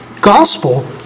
gospel